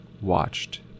watched